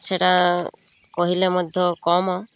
ସେଇଟା କହିଲେ ମଧ୍ୟ କମ୍